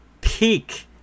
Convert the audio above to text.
Peak